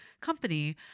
company